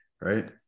right